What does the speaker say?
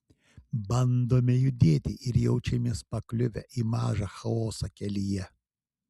bandome judėti ir jaučiamės pakliuvę į mažą chaosą kelyje